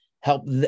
help